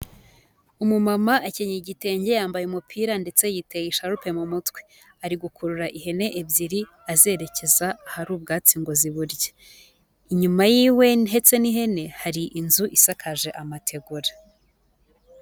Umumama akenyeye igitenge yambaye umupira ndetse yiteye isharupe mu mutwe, ari gukurura ihene ebyiri azerekeza ahari ubwatsi ngo ziburye, inyuma y'iwe ntetse n'ihene hari inzu isakaje amategura.